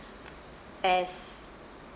as